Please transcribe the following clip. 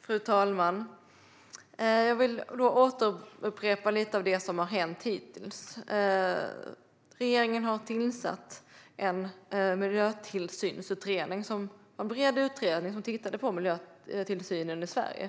Fru talman! Jag vill upprepa lite av det som har hänt hittills. Regeringen har tillsatt en miljötillsynsutredning - det var en bred utredning som tittade på miljötillsynen i Sverige.